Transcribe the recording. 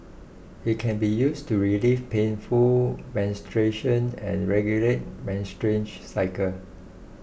it can be used to relieve painful menstruation and regulate menstruation cycle